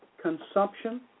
consumption